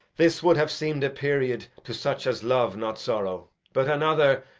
this would have seem'd a period to such as love not sorrow but another,